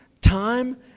time